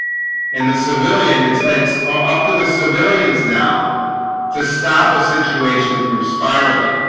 and the civilian it sites are up to the civilians now to stop a situation from spiraling.